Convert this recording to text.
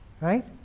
Right